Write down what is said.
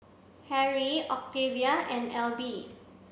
Harry Octavia and Elby